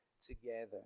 together